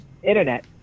internet